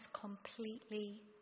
completely